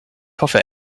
hoffe